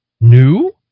new